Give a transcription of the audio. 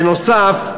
בנוסף,